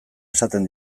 esaten